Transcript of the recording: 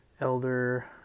Elder